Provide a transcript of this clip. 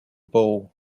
ball